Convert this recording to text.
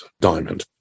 diamond